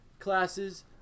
classes